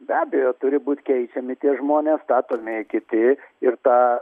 be abejo turi būt keičiami tie žmonės statomi kiti ir tą